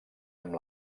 amb